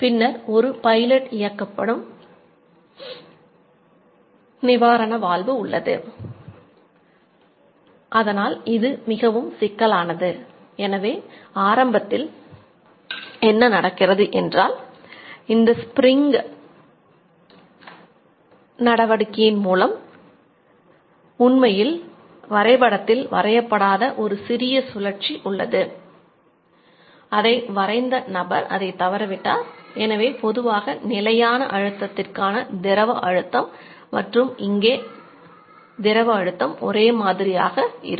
பின்னர் ஒரு பைலட் இயக்கப்படும் நிவாரண வால்வு ஒரே மாதிரியாக இருக்கும்